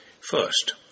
First